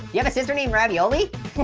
you have a sister named ravioli?